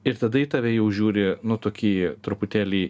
ir tada į tave jau žiūri nu tuokį truputėlį